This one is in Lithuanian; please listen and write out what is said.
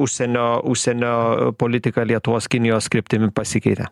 užsienio užsienio politika lietuvos kinijos kryptimi pasikeitė